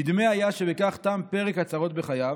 נדמה היה שבכך תם פרק הצרות בחייו,